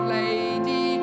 lady